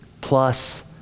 plus